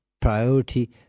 priority